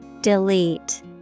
Delete